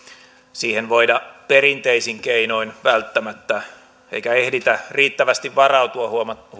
siihen voida perinteisin keinoin välttämättä riittävästi varautua